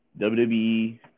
WWE